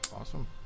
Awesome